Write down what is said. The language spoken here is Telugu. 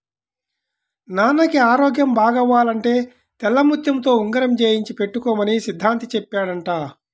నాన్నకి ఆరోగ్యం బాగవ్వాలంటే తెల్లముత్యంతో ఉంగరం చేయించి పెట్టుకోమని సిద్ధాంతి చెప్పాడంట